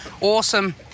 awesome